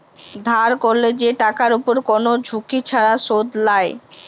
ধার ক্যরলে যে টাকার উপরে কোন ঝুঁকি ছাড়া শুধ লায়